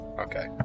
Okay